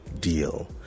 deal